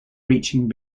reaching